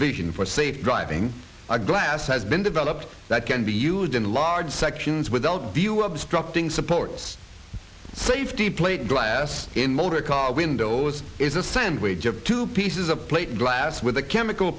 vision for safe driving a glass has been developed that can be used in large sections without view obstructing support safety plate glass in motor car windows is a sandwich of two pieces of plate glass with a chemical